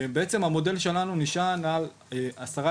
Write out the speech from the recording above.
אז בעצם המודל שלנו נשען על עשרה